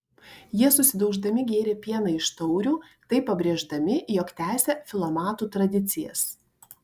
jie susidauždami gėrė pieną iš taurių taip pabrėždami jog tęsia filomatų tradicijas